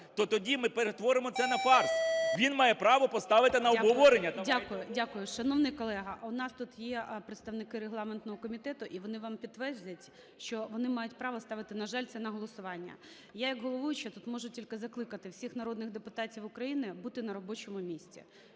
то тоді ми перетворимо це на фарс. Він має право поставити на обговорення... ГОЛОВУЮЧИЙ. Дякую. Дякую. Шановний колега, у нас тут є представники регламентного комітету, і вони вам підтвердять, що вони мають право ставити, на жаль, це на голосування. Я як головуюча тут можу тільки закликати всіх народних депутатів України бути на робочому місці,